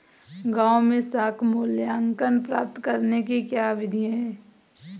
गाँवों में साख मूल्यांकन प्राप्त करने की क्या विधि है?